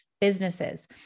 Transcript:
businesses